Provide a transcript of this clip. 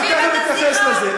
אני תכף אתייחס לזה.